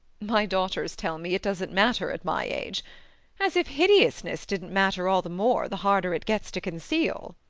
my daughters tell me it doesn't matter at my age as if hideousness didn't matter all the more the harder it gets to conceal!